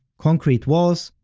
concrete walls,